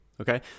Okay